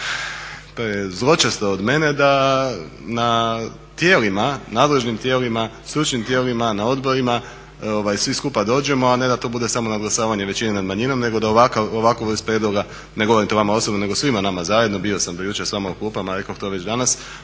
prezločesto od mene da na tijelima nadležnim tijelima, stručnim tijelima na odborima svi skupa dođemo a ne da to bude samo nadglasavanje većine nad manjinom nego da ovakvu vrst prijedloga, ne govorim to vama osobno nego svima nama zajedno … /Govornik govori prebrzo, ne